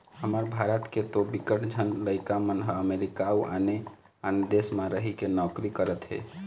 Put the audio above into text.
हमर भारत के तो बिकट झन लइका मन ह अमरीका अउ आने आने देस म रहिके नौकरी करत हे